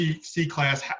C-class